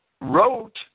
wrote